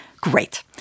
Great